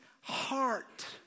heart